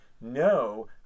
no